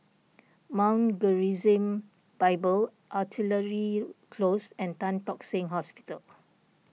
Mount Gerizim Bible Artillery Close and Tan Tock Seng Hospital